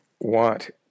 want